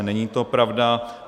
Není to pravda.